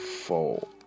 Four